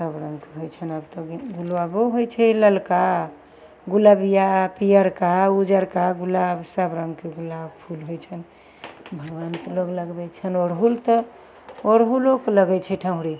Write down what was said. सब रङ्गके होइ छै आब तऽ गुलाबो होइ छै ललका गुलबिआ पिअरका उजरका गुलाब सब रङ्गके गुलाब फूल होइ छनि भगवानके लोक लगबै छनि अड़हुल तऽ अड़हुलोके लागै छै ठाढ़ि